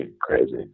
crazy